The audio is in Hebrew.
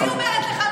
אני אומרת לך,